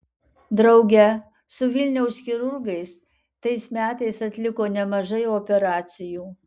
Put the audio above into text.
drauge su vilniaus chirurgais tais metais atliko nemažai operacijų